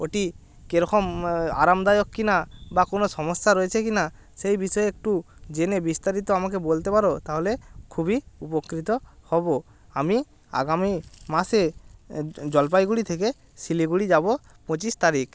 ওটি কেরকম আরামদায়ক কি না বা কোনো সমস্যা রয়েছে কি না সেই বিষয়ে একটু জেনে বিস্তারিত আমাকে বলতে পারো তাহলে খুবই উপকৃত হবো আমি আগামী মাসে জলপাইগুড়ি থেকে শিলিগুড়ি যাবো পঁচিশ তারিখ